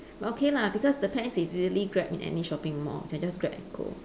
but okay lah because the pants is easily grab in any shopping mall can just grab and go